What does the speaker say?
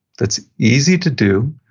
that's easy to do,